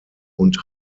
und